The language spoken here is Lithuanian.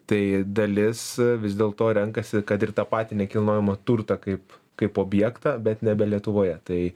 tai dalis vis dėl to renkasi kad ir tą patį nekilnojamą turtą kaip kaip objektą bet nebe lietuvoje tai